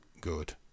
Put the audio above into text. good